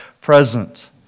present